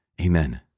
Amen